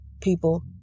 people